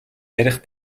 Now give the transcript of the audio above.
ярих